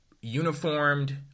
uniformed